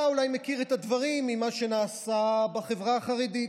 אתה אולי מכיר את הדברים ממה שנעשה בחברה החרדית.